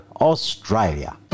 Australia